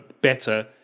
better